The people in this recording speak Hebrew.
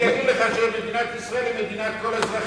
הוא יגיד לך שמדינת ישראל היא מדינת כל אזרחיה.